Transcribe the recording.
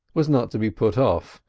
was not to be put off,